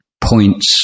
points